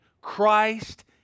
Christ